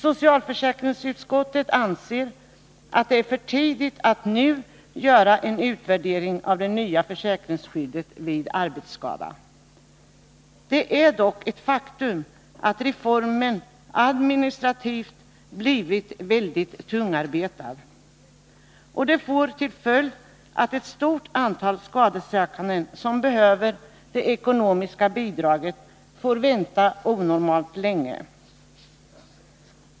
Socialförsäkringsutskottet anser att det är för tidigt att nu göra en utvärdering av det nya försäkringsskyddet vid arbetsskada. Det är dock ett faktum att reformen administrativt blivit väldigt tungarbetad. Det får till följd att ett stort antal skadade som behöver det ekonomiska bidraget får vänta onormalt länge.